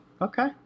Okay